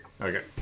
Okay